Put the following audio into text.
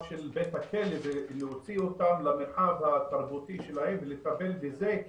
של בית הכלא ולהוציא אותם למרחב התרבותי שלהם ולטפל בזה,